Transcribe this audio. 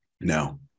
No